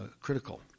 critical